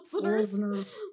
Listeners